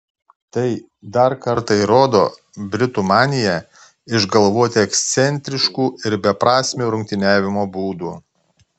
tai dar kartą įrodo britų maniją išgalvoti ekscentriškų ir beprasmių rungtyniavimo būdų